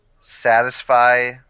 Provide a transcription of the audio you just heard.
satisfy